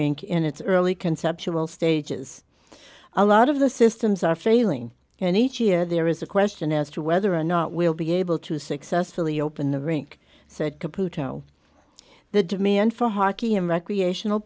rink in its early conceptual stages a lot of the systems are failing and each year there is a question as to whether or not we'll be able to successfully open the rink said computer know the demand for hockey in recreational